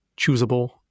choosable